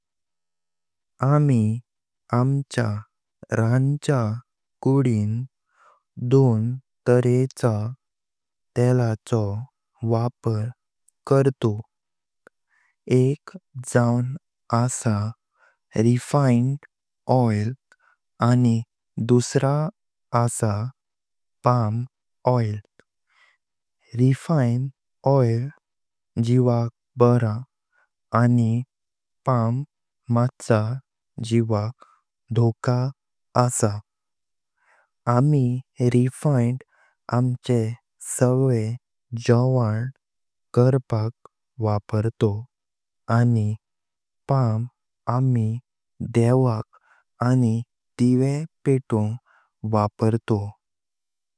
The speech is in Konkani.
आमी आमच्या रानाच्या कुडीन दोन तारेचा तेलाचो वापर करतो। एक जवन असा आनी दुसरो असा । जीवाक बरा आनी पाम मस्तो जीवाक ठोको असा। आमी आमचे सगळे जोवन करपाक वापरतो आनी पाम आमी देवाक आनी दिवे पेटोंग वापरतो।